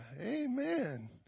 amen